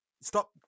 Stop